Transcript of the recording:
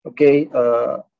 okay